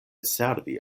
servi